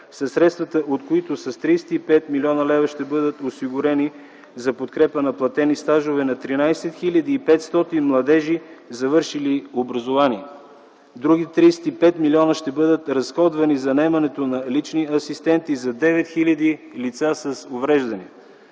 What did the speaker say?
средствата от които с 35 млн. лв. ще бъдат осигурени за подкрепа на платени стажове на 13 500 младежи, завършили образование. Други 35 млн. лв. ще бъдат разходвани за наемането на лични асистенти за 9000 лица с увреждания.